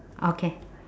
okay